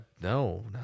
no